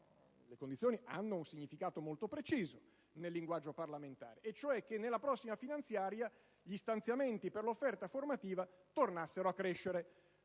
perché hanno un significato molto preciso nel linguaggio parlamentare. La condizione era che nella prossima finanziaria gli stanziamenti per l'offerta formativa tornassero a crescere